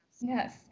yes